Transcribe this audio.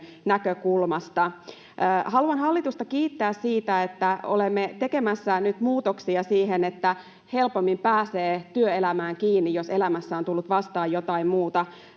näkökulmasta. Haluan hallitusta kiittää siitä, että olemme tekemässä nyt muutoksia siihen, että jos elämässä on tullut vastaan jotain muuta